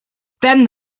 then